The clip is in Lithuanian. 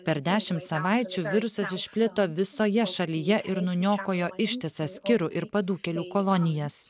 per dešimt savaičių virusas išplito visoje šalyje ir nuniokojo ištisas kirų ir padūkėlių kolonijas